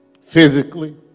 physically